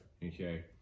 Okay